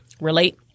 relate